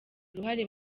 uruhare